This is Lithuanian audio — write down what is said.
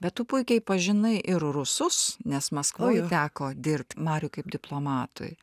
bet tu puikiai pažinai ir rusus nes maskvoj teko dirbt mariui kaip diplomatui